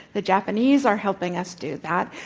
the japanese are helping us do that.